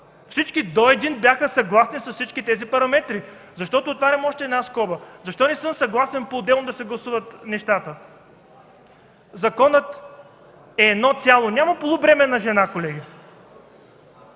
всички до един бяха съгласни с всички тези параметри. Отварям още една скоба – защо не съм съгласен поотделно да се гласуват нещата? Законът е едно цяло. Няма полубременна жена, колеги.